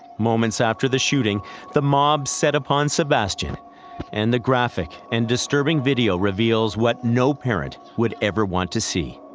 moments after the shooting the mob set upon sebastian and the graphic and disturbing video reveals what no parent would ever want to see.